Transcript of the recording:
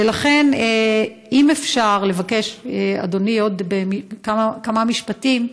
ולכן, אם אפשר לבקש, אדוני, עוד כמה משפטים.